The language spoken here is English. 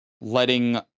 Letting